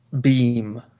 Beam